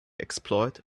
exploit